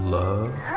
love